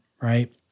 right